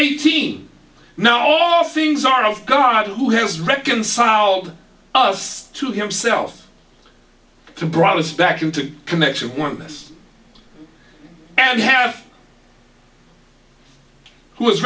eighteen now all things are of god who has reconciled us to himself brought us back into connection one this and have who is